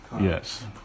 Yes